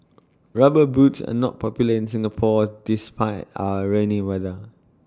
rubber boots are not popular in Singapore despite our rainy weather